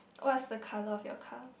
what's the colour of your car